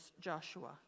Joshua